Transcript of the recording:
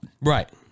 right